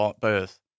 birth